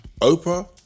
Oprah